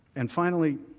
and finally